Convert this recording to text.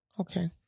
okay